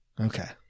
Okay